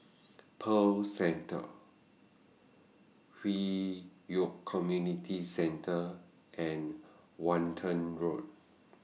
Pearl Centre Hwi Yoh Community Centre and Walton Road